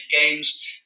games